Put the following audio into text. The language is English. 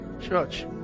church